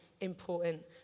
important